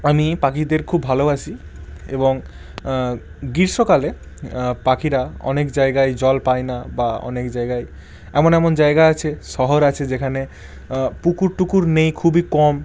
আমি পাখিদের খুব ভালোবাসি এবং গ্রীষ্মকালে পাখিরা অনেক জায়গায় জল পায় না বা অনেক জায়গায় এমন এমন জায়গা আছে শহর আছে যেখানে পুকুর টুকুর নেই খুবই কম